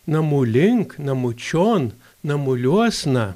namų link namučion namuliuosna